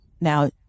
now